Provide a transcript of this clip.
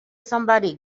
somebody